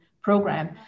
program